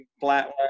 flat